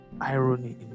irony